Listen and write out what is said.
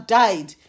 died